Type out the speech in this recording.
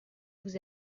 vous